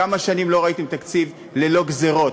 כמה שנים לא ראיתם תקציב ללא גזירות,